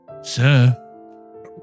Sir